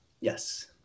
Yes